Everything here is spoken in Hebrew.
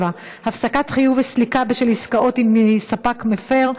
7) (הפסקת חיוב וסליקה בשל עסקאות עם ספק מפר),